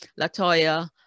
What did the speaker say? Latoya